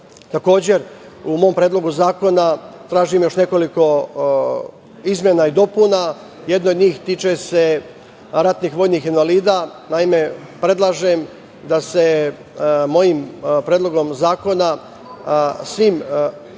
u mom predlogu zakona tražim još nekoliko izmena i dopuna. Jedna od njih tiče se ratnih vojnih invalida. Naime, predlažem da se mojim predlogom zakona svim borcima